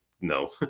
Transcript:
No